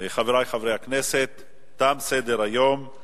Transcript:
חברי חברי הכנסת, תם סדר-היום.